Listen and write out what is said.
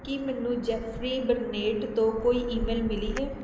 ਕੀ ਮੈਨੂੰ Jeffrey Burnett ਤੋਂ ਕੋਈ ਈਮੇਲ ਮਿਲੀ ਹੈ